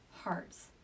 hearts